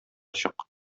чык